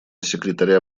секретаря